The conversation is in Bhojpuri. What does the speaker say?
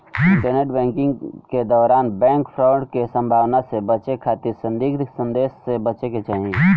इंटरनेट बैंकिंग के दौरान बैंक फ्रॉड के संभावना से बचे खातिर संदिग्ध संदेश से बचे के चाही